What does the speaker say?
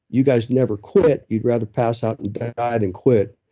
you guys never quit. you'd rather pass out and die than quit.